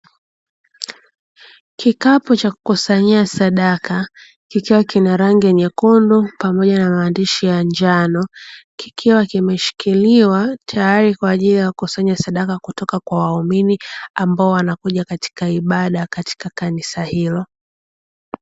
Kikapu cha kukusanyia sadaka kikiwa kina rangi nyekundu pamoja na maandishi ya njano, kikiwa kimeshikiliwa tayari kwaajili ya kukusanya sadaka kutoka kwa wahumini ambao wanakuja katika ibada katika kanisa hilo